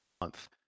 month